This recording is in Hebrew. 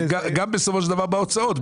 גם בסופו של דבר בהוצאות.